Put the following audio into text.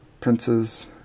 princes